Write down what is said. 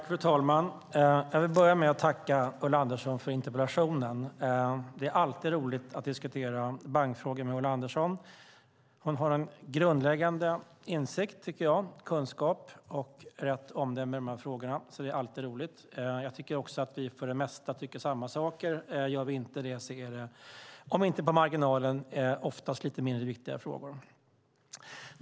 Fru talman! Jag vill börja med att tacka Ulla Andersson för interpellationen. Det är alltid roligt att diskutera bankfrågor med Ulla Andersson. Hon har en grundläggande kunskap och insikt och rätt omdöme i de här frågorna. Jag tycker också att vi för det mesta tycker detsamma. Om vi inte gör det så är det om inte på marginalen så oftast om lite mindre viktiga frågor.